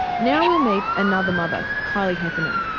now we'll meet another mother, kylie heffernan.